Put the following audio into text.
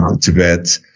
Tibet